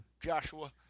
Joshua